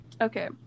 Okay